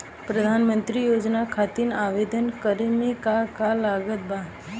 प्रधानमंत्री योजना खातिर आवेदन करे मे का का लागत बा?